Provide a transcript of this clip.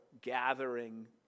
gathering